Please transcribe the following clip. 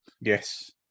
yes